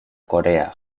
corea